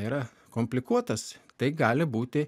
yra komplikuotas tai gali būti